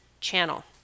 Channel